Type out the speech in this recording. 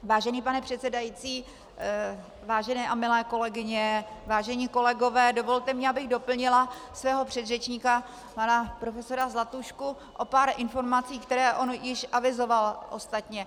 Vážený pane předsedající, vážené a milé kolegyně, vážení kolegové, dovolte mi, abych doplnila svého předřečníka pana profesora Zlatušku o pár informací, které on již avizoval ostatně.